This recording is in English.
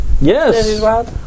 Yes